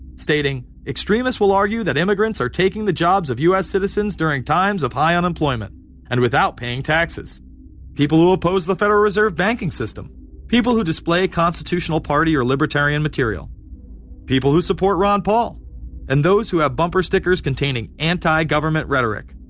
stating, extremists will argue that immigrants are taking the jobs of u s. citizens during times of high unemployment and without paying taxes people who oppose the federal reserve banking system people who display constitutional party or libertarian material people who support ron paul and those who have bumper stickers containing antigovernment rhetoric.